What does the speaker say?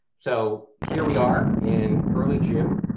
so here we are in early june.